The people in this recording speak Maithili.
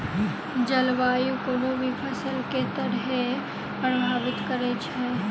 जलवायु कोनो भी फसल केँ के तरहे प्रभावित करै छै?